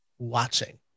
watching